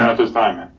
ah this time.